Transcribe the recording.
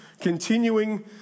continuing